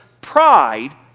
pride